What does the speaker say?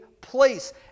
place